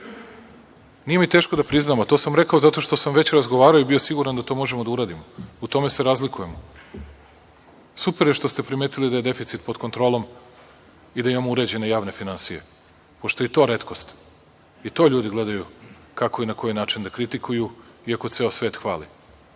Nije mi teško da priznam, a to sam rekao zato što sam već razgovarao i bio siguran da to možemo da uradimo. U tome se razlikujemo. Super je što ste primetili da je deficit pod kontrolom i da imamo uređene javne finansije, pošto je i to retkost, i to ljudi gledaju kako i na koji način da kritikuju iako ceo svet hvali. Što